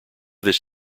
this